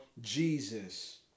Jesus